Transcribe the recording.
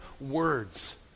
words